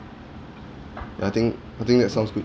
ya I think I think that sounds good